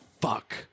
Fuck